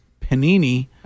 panini